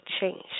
change